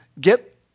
get